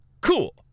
Cool